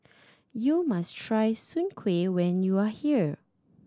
you must try Soon Kuih when you are here